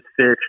fish